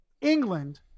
England